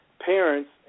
parents